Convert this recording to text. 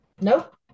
Nope